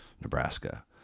Nebraska